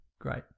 Great